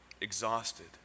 exhausted